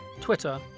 Twitter